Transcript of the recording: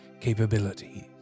capabilities